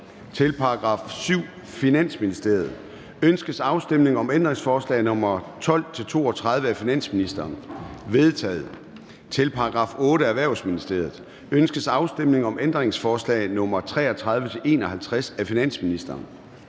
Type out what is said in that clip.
7. Finansministeriet. Ønskes afstemning om ændringsforslag nr. 12-32 af finansministeren? De er vedtaget. Til § 8. Erhvervsministeriet. Ønskes afstemning om ændringsforslag nr. 33-51 af finansministeren?